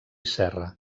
serra